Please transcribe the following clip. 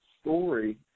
story